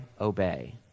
obey